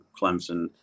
Clemson